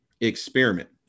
experiment